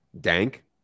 Dank